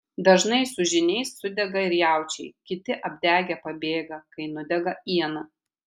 dažnai su žyniais sudega ir jaučiai kiti apdegę pabėga kai nudega iena